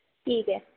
ठीक ऐ